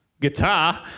Guitar